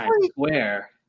square